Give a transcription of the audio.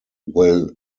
will